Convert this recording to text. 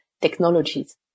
technologies